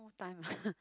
no time lah